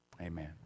Amen